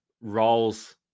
roles